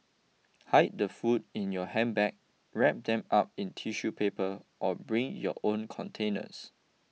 hide the food in your handbag wrap them up in tissue paper or bring your own containers